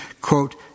quote